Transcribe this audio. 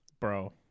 bro